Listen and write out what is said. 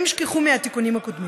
הם נשכחו בתיקונים הקודמים.